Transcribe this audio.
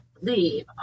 leave